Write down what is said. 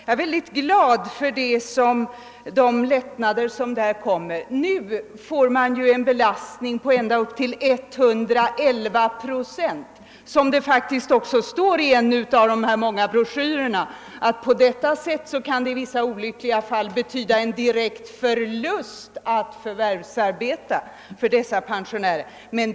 Jag är glad för de lättnader som där kommer. Nu kan belastningen gå ända upp till 111 procent, och i en av de många broschyrerna står det faktiskt att det i vissa olyckliga fall kan betyda en direkt förlust för pensionärer att förvärvsarbeta.